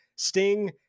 Sting